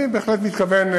אני בהחלט מתכוון,